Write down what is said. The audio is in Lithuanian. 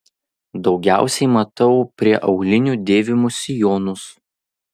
daugiausiai matau prie aulinių dėvimus sijonus